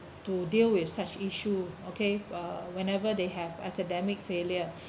to deal with such issue okay uh whenever they have academic failure